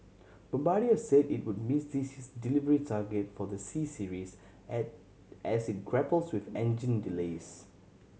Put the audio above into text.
Bombardier say it would miss this delivery target for the C Series as it grapples with engine delays